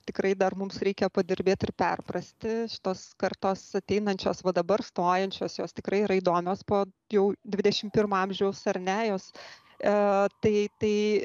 tikrai dar mums reikia padirbėt ir perprasti tos kartos ateinančios va dabar stojančios jos tikrai yra įdomios po jau dvidešim pirmo amžiaus ar ne jos tai tai